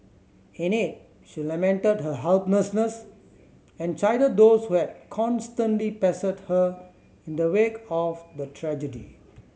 in it she lamented her helplessness and chided those who had constantly pestered her in the wake of the tragedy